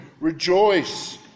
rejoice